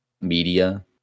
media